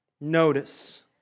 Notice